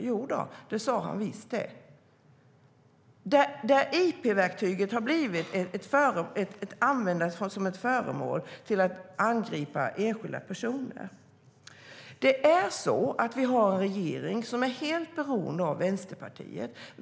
Jodå, det sa han visst. Interpellationsverktyget har börjat användas som ett föremål för att angripa enskilda personer. Vi har en regering som är helt beroende av Vänsterpartiet.